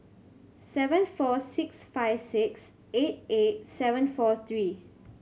seven four six five six eight eight seven four three